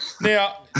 Now